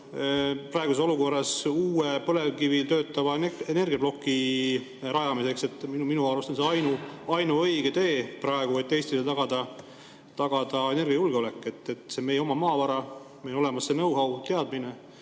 arutelu uue põlevkivil töötava energiaploki rajamise üle. Minu arust on see ainuõige tee praegu, et Eestile tagada energiajulgeolek. See on meie oma maavara, meil on olemas seeknowhow, teadmine.